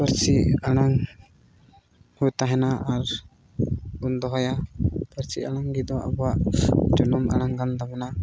ᱯᱟᱹᱨᱥᱤ ᱟᱲᱟᱝ ᱦᱚᱸ ᱛᱟᱦᱮᱱᱟ ᱟᱨ ᱵᱚᱱ ᱫᱚᱦᱚᱭᱟ ᱯᱟᱹᱨᱥᱤ ᱟᱲᱟᱝ ᱜᱮᱛᱚ ᱟᱵᱚᱣᱟᱜ ᱡᱚᱱᱚᱢ ᱟᱲᱟᱝ ᱠᱟᱱ ᱛᱟᱵᱚᱱᱟ